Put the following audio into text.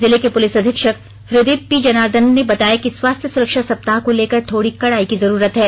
जिले के पुलिस अधीक्षक हृदीप पी जनार्दनन ने बताया कि स्वास्थ्य सुरक्षा सप्ताह को लेकर थोड़ी कड़ाई की जरूरत है